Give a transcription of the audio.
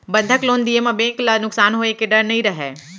बंधक लोन दिये म बेंक ल नुकसान होए के डर नई रहय